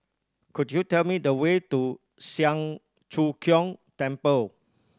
could you tell me the way to Siang Cho Keong Temple